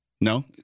No